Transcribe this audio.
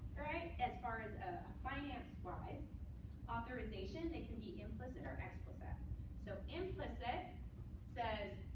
as far as a finance-wise authorization, they can be implicit or explicit. so implicit says,